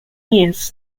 years